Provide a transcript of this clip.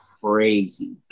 crazy